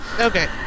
Okay